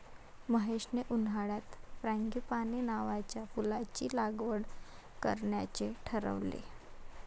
महेशने उन्हाळ्यात फ्रँगीपानी नावाच्या फुलाची लागवड करण्याचे ठरवले